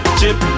chip